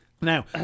Now